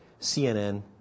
CNN